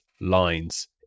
lines